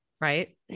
Right